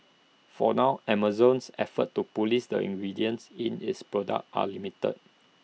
for now Amazon's efforts to Police the ingredients in its products are limited